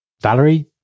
Valerie